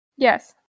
Yes